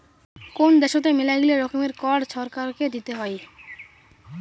কোন দ্যাশোতে মেলাগিলা রকমের কর ছরকারকে দিতে হই